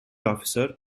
officer